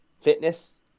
fitness